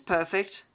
Perfect